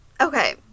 okay